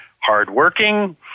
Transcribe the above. hard-working